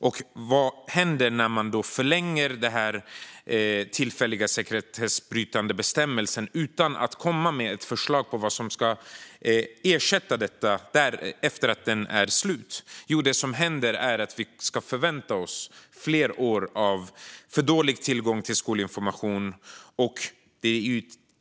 Regeringen har inget förslag på vad som ska ersätta den tillfälliga sekretessbrytande bestämmelsen när den löper ut, så då kan vi förvänta oss fler år av för dålig tillgång till skolinformation.